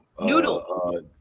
Noodle